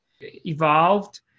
evolved